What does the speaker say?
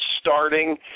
starting